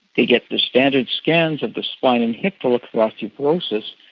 they get the standard scans of the spine and hip to look for osteoporosis.